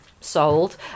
sold